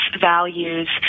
values